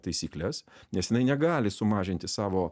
taisykles nes jinai negali sumažinti savo